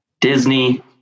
Disney